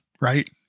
right